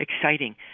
exciting